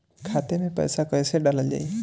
खाते मे पैसा कैसे डालल जाई?